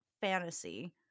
fantasy